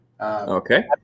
Okay